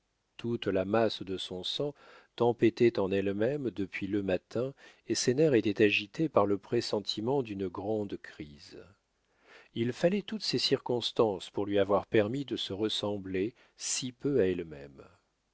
toute la masse de son sang tempêtait en elle-même depuis le matin et ses nerfs étaient agités par le pressentiment d'une grande crise il fallait toutes ces circonstances pour lui avoir permis de se ressembler si peu à elle-même